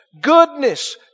Goodness